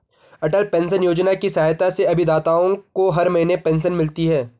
अटल pension योजना की सहायता से अभिदाताओं को हर महीने पेंशन मिलती रहेगी